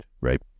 right